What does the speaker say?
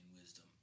wisdom